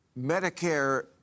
Medicare